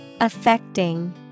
Affecting